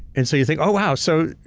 and so you think, oh wow, so,